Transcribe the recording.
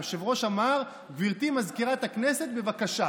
היושב-ראש אמר: גברתי מזכירת הכנסת, בבקשה.